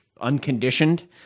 unconditioned